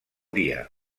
dia